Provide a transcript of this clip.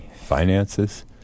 finances